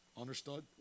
Understood